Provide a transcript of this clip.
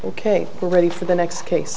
ok we're ready for the next case